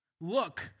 Look